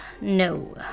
No